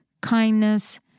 kindness